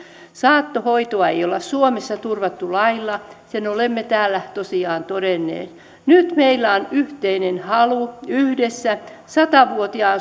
saattohoitoa ei ole suomessa turvattu lailla sen olemme täällä tosiaan todenneet nyt meillä on yhteinen halu yhdessä sata vuotiaan